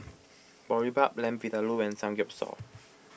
Boribap Lamb Vindaloo and Samgyeopsal